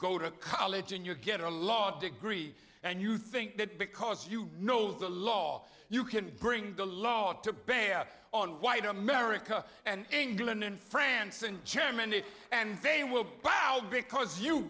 go to college in your get a law degree and you think that because you know the law you can bring the law to bear on white america and england and france and germany and they will buy out because you